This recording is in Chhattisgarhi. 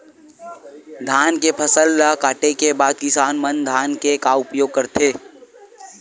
धान के फसल ला काटे के बाद किसान मन धान के का उपयोग करथे?